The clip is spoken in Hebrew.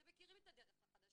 אתם מכירים את הדרך החדשה,